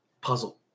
puzzle